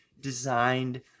designed